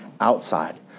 outside